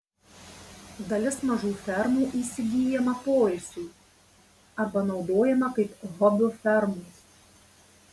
dalis mažų fermų įsigyjama poilsiui arba naudojama kaip hobio fermos